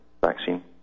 vaccine